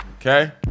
Okay